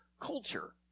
culture